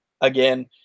again